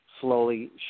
slowly